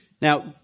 Now